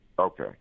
Okay